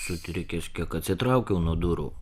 sutrikęs kiek atsitraukiau nuo durų